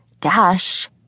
Dash